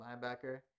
linebacker